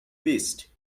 beasts